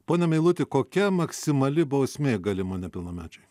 pone meiluti kokia maksimali bausmė galima nepilnamečiui